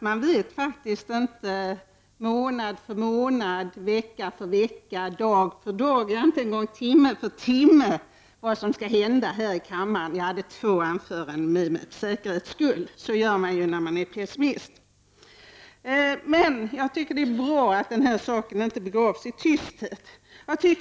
Man vet faktiskt inte månad för månad, vecka för vecka, dag för dag, inte ens timme för timme vad som skall hända här i kammaren. För säkerhets skull hade jag två olika anföranden i beredskap. Så gör man när man är pessimist. Det är bra att den här saken inte begravs i tysthet.